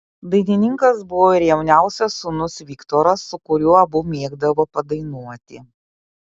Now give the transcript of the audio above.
dainininkas buvo ir jauniausias sūnus viktoras su kuriuo abu mėgdavo padainuoti